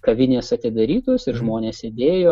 kavinės atidarytos ir žmonės sėdėjo